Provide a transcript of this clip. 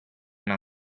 una